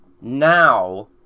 now